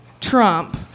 Trump